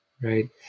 right